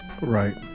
Right